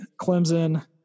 Clemson